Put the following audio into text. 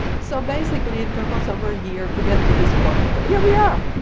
so basically, it took us over a year to get to this point, but here we are.